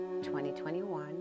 2021